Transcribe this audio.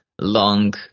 long